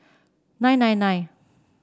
nine nine nine